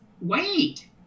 wait